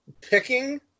Picking